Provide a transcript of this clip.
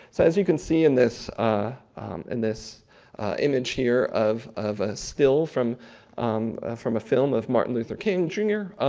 so, as you can see in this in this image here of of a still from um from a film of martin luther king, jr,